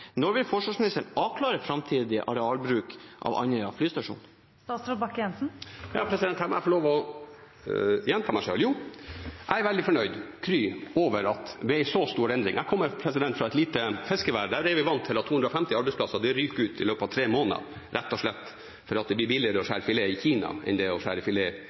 Når vil forsvarsministeren avklare framtidig arealbruk på Andøya flystasjon? Her må jeg få lov til å gjenta meg selv. Jo, jeg er veldig fornøyd, kry, over dette ved en så stor endring. Jeg kommer fra et lite fiskevær, der er vi vant til at 250 arbeidsplasser ryker ut i løpet av tre måneder, rett og slett fordi det blir billigere å skjære filet i Kina enn det er å skjære